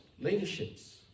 leaderships